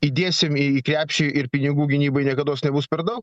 įdėsim į į krepšį ir pinigų gynybai niekados nebus per daug